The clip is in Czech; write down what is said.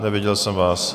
Neviděl jsem vás.